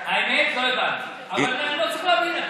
האמת, לא הבנתי, אבל אני לא צריך להבין.